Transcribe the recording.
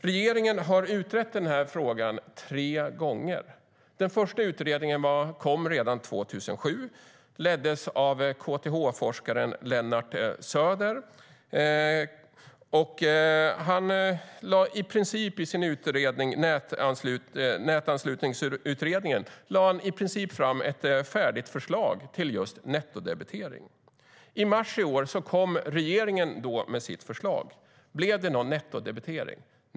Regeringen har utrett denna fråga tre gånger. Den första utredningen kom redan 2007, och den leddes av KTH-forskaren Lennart Söder. I Nätanslutningsutredningen lade han i princip fram ett färdigt förslag till just nettodebitering. I mars i år kom regeringen med sitt förslag. Blev det någon nettodebitering?